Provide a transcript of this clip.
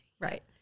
right